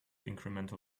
incremental